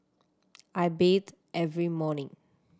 I bathe every morning